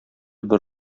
бер